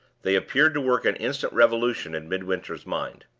they appeared to work an instant revolution in midwinter's mind.